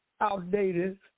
outdated